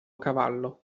cavallo